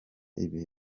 ibihe